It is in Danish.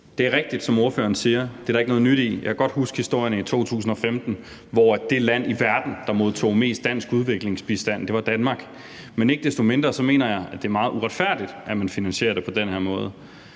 Det er rigtigt, som ordføreren siger, at det er der ikke noget nyt i. Jeg kan godt huske historierne i 2015, hvor det land i verden, der modtog mest dansk udviklingsbistand, var Danmark. Men ikke desto mindre mener jeg, at det er meget uretfærdigt, at man finansierer det på den her måde.